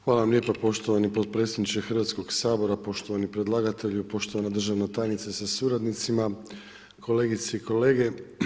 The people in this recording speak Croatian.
Hvala vam lijepa poštovani potpredsjedniče Hrvatskog sabora, poštovani predlagatelju, poštovana državna tajnice sa suradnicima, kolegice i kolege.